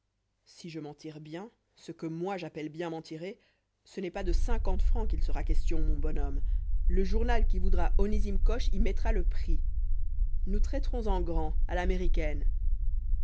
si je m'en tire bien ce que moi j'appelle bien m'en tirer ce n'est pas de cinquante francs qu'il sera question mon bonhomme le journal qui voudra onésime coche y mettra le prix nous traiterons en grand à l'américaine